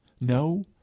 No